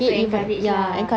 to encourage lah